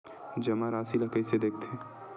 जमा राशि ला कइसे देखथे?